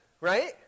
right